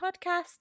podcast